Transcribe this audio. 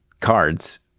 cards